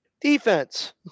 Defense